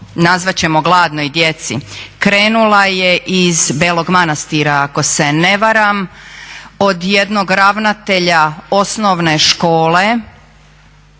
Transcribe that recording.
nazvat ćemo gladnoj djeci, krenula je iz Belog Manastira ako se ne varam od jednog ravnatelja osnovne škole